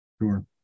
Sure